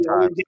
time